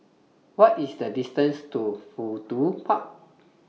What IS The distance to Fudu Park